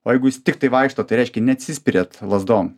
o jeigu jūs tiktai vaikštot tai reiškia neatsispiriat lazdom